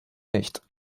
nicht